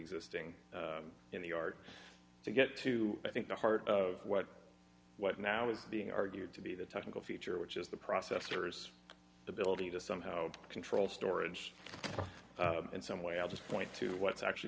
existing in the yard to get to i think the heart of what what now is being argued to be the technical feature which is the processors ability to somehow control storage in some way i'll just point to what's actually